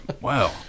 Wow